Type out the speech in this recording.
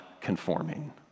conforming